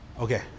Okay